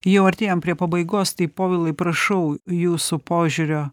jau artėjam prie pabaigos tai povilai prašau jūsų požiūrio